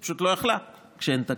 היא פשוט לא יכלה כשאין תקציב.